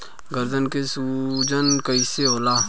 गर्दन के सूजन कईसे होला?